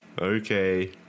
okay